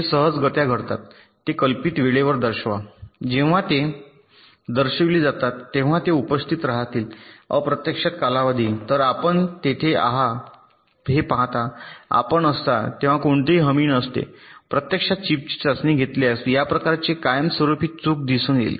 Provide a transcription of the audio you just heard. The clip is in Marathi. ते सहजगत्या घडतात ते कल्पित वेळेवर दर्शवा आणि जेव्हा ते दर्शविले जातात तेव्हा ते उपस्थित राहतील अप्रत्याशित कालावधी तर आपण तेथे आहे हे पाहता आपण असता तेव्हा कोणतीही हमी नसते प्रत्यक्षात चिपची चाचणी घेतल्यास या प्रकारचे कायमस्वरुपी चूक दिसून येईल